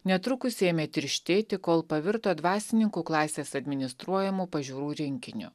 netrukus ėmė tirštėti kol pavirto dvasininkų klasės administruojamų pažiūrų rinkiniu